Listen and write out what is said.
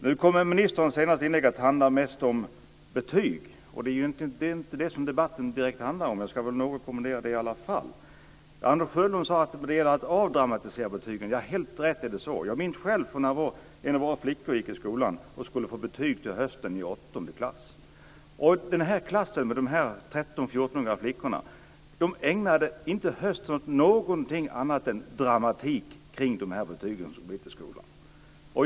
Nu kom ministerns senaste inlägg att handla mest om betyg. Det är inte direkt det som debatten handlar om, men jag ska något kommentera det i alla fall. Anders Sjölund sade att det gäller att avdramatisera betygen. Helt klart är det så. Jag minns själv när en av våra flickor gick i skolan och skulle få betyg på hösten i åttonde klass. De här 13-14-åriga flickorna ägnade inte hösten åt någonting annat än dramatik kring betygen.